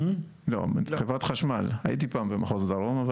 חברת חשמל, הייתי פעם במחוז דרום.